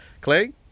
Clay